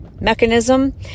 mechanism